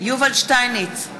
יובל שטייניץ,